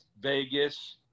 Vegas